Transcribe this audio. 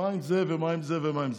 מה עם זה ומה עם זה ומה עם זה?